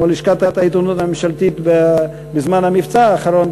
כמו לשכת העיתונות הממשלתית בזמן המבצע האחרון,